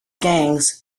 gangs